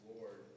Lord